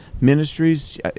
ministries